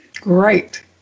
Great